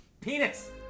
Penis